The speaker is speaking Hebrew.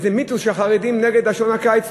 איזה מיתוס שהחרדים נגד שעון הקיץ,